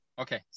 Okay